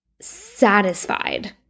satisfied